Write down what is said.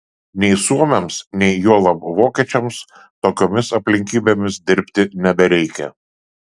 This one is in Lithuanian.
nei suomiams nei juolab vokiečiams tokiomis aplinkybėmis dirbti nebereikia